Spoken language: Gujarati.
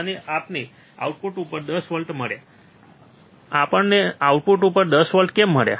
અને અમને આઉટપુટ ઉપર 10 વોલ્ટ મળ્યા અમને આઉટપુટ ઉપર 10 વોલ્ટ કેમ મળ્યા